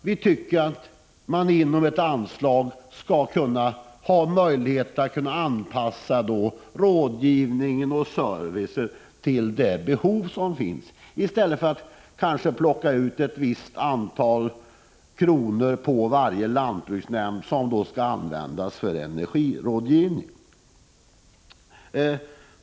Vi tycker att man inom ett anslag skall ha möjlighet att anpassa rådgivningen och servicen till de behov som finns i stället för att kanske plocka ut ett visst antal kronor på varje lantbruksnämnd att användas för exempelvis energirådgivning.'